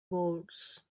boards